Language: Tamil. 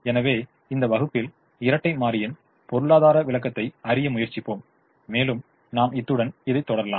எனவே இந்த வகுப்பில் இரட்டை மாறியின் பொருளாதார விளக்கத்தைத் அறிய முயற்சிப்போம் மேலும் நாம் இத்துடன் இதை தொடரலாம்